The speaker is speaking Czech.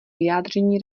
vyjádření